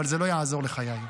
אבל זה לא יעזור לך, יאיר.